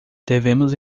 devemos